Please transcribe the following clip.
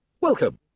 Welcome